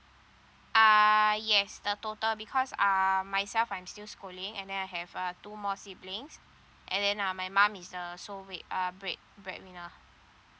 uh yes the total because um myself I'm still schooling and then I have uh two more siblings and then uh my mum is uh sole bread uh bread bread winner